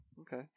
okay